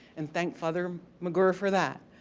and thank father mcguire for that.